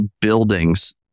buildings